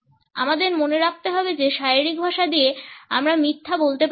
আমাদের মনে রাখতে হবে যে শারীরিক ভাষা দিয়ে আমরা মিথ্যা বলতে পারি না